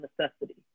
necessity